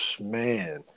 Man